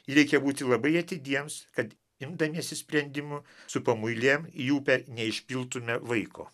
reikia būti labai atidiems kad imdamiesi sprendimų su pamuilėm į upę neišpiltume vaiko